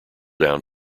down